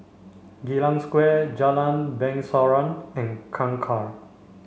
Geylang Square Jalan Bangsawan and Kangkar